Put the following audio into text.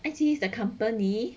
爱妻 is the company